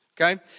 Okay